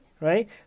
Right